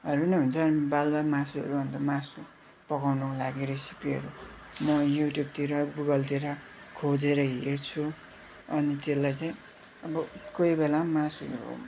हरू नै हुन्छ अनि दाल भात मासुहरू अन्त मासु पकाउनको लागि रेसिपीहरू म युट्युबतिर गुगलतिर खोजेर हेर्छु अनि त्यसलाई चाहिँ अब कोही बेला मासु